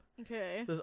Okay